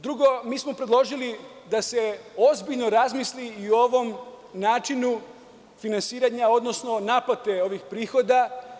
Drugo, mi smo predložili da se ozbiljno razmisli i o ovom načinu finansiranja, odnosno naplate ovih prihoda.